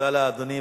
תודה לאדוני.